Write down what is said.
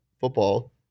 football